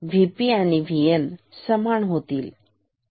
VP आणि VN या समान होतील